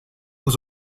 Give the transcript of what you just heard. was